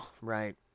right